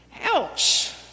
Ouch